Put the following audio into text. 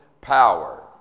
power